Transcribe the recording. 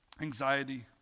anxiety